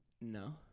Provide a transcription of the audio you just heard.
no